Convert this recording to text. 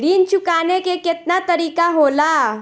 ऋण चुकाने के केतना तरीका होला?